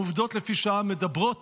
העובדות, לפי שעה, מדברות